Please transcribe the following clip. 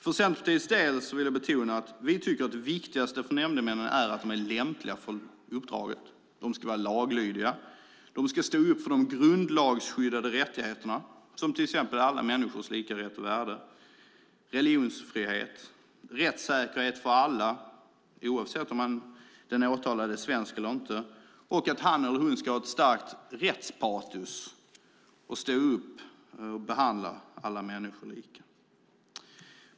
För Centerpartiets del vill jag betona att det viktigaste för nämndemännen är att de är lämpliga, laglydiga och står upp för de grundlagsskyddade rättigheterna, till exempel alla människors lika rätt och värde, religionsfrihet, rättssäkerhet för alla, oavsett om den åtalade är svensk eller inte och att nämndemannen har ett starkt rättspatos och behandla alla människor lika.